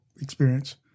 experience